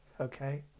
okay